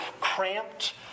cramped